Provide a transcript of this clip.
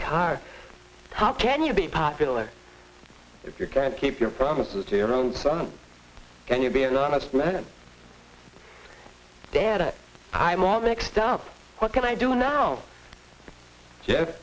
car how can you be popular if you can't keep your promises to your own son can you be an honest man dad i'm all mixed up what can i do now ye